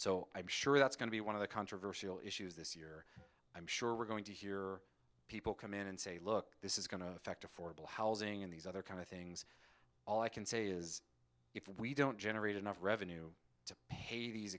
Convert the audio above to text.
so i'm sure that's going to be one of the controversial issues this year i'm sure we're going to hear people come in and say look this is going to affect affordable housing and these other kind of things all i can say is if we don't generate enough revenue